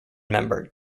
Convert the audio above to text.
member